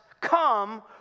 come